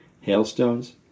hailstones